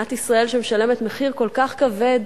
מדינת ישראל משלמת מחיר כל כך כבד